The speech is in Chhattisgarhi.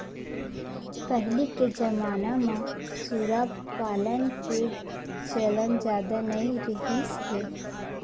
पहिली के जमाना म सूरा पालन के चलन जादा नइ रिहिस हे